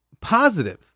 positive